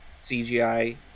CGI